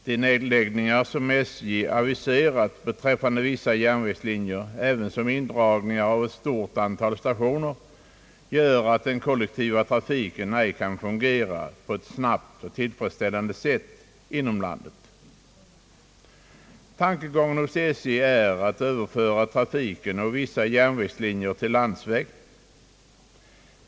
De nedläggningar som SJ aviserat beträffande vissa järnvägslinjer ävensom indragningar av ett stort antal stationer gör att den kollektiva trafiken ej kan fungera på ett snabbt och tillfredsställande sätt inom landet. Tankegången hos SJ är att överföra trafiken på vissa järnvägslinjer till landsväg.